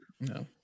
No